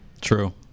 True